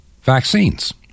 vaccines